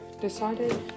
decided